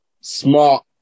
smart